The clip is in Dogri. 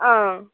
हां